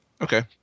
Okay